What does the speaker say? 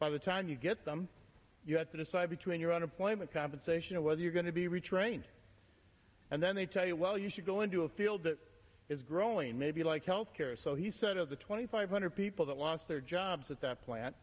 by the time you get them you have to decide between your unemployment compensation or whether you're going to be retrained and then they tell you well you should go into a field that is growing maybe like health care or so he said of the twenty five hundred people that lost their jobs at that p